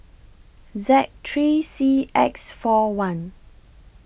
Z three C X four one